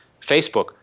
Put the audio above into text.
Facebook